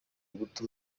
uguta